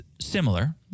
similar